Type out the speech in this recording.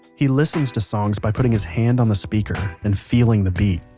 he listens to songs by putting his hand on the speaker and feeling the beat.